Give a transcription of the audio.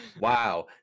wow